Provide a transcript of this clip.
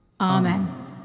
Amen